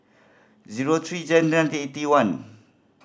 zero three Jan nine eighty one